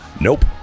nope